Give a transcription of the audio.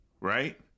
right